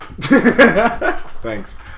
Thanks